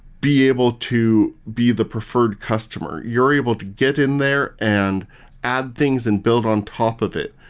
be able to be the preferred customer. you're able to get in there and add things and build on top of it,